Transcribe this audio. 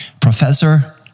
Professor